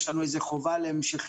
יש לנו איזו חובה להמשכיות.